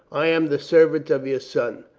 i am the servant of your son.